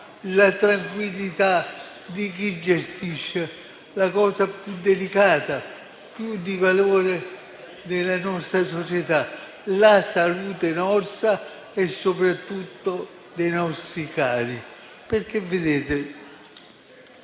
la tranquillità di chi gestisce la cosa più delicata e di maggior valore della nostra società, la salute nostra e soprattutto dei nostri cari. Ho